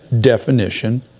definition